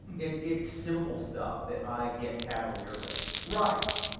it's it's simple stuff that i get cavalier with. rice.